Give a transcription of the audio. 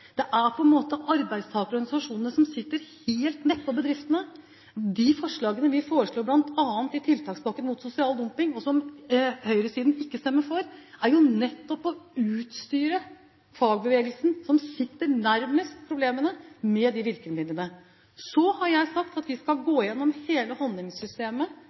Det er på en måte arbeidstakerorganisasjonene som sitter helt nedpå bedriftene. De forslagene vi foreslår bl.a. i tiltakspakken mot sosial dumping, og som høyresiden ikke stemmer for, er jo nettopp å utstyre fagbevegelsen, som sitter nærmest problemene, med virkemidler. Så har jeg sagt at vi skal gå gjennom hele